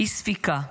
"אי-ספיקה.